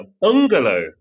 Bungalow